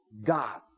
God